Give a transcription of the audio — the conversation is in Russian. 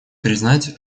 признать